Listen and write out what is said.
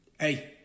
hey